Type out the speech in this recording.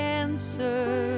answer